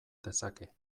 dezake